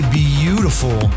beautiful